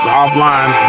offline